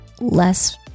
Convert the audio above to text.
less